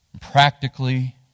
practically